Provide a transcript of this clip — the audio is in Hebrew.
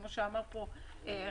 כמו שאמר פה חברי,